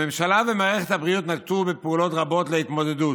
הממשלה ומערכת הבריאות נקטו פעולות רבות להתמודדות,